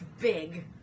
big